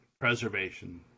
preservation